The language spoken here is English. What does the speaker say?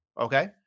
okay